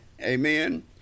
Amen